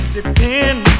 Depend